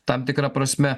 tam tikra prasme